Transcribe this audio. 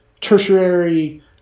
tertiary